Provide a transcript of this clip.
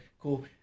cool